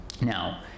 Now